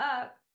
up